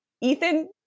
Ethan